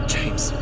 James